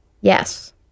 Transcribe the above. Yes